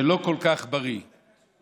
לא כל כך בריא ב-05:00,